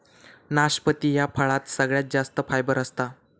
नाशपती ह्या फळात सगळ्यात जास्त फायबर असता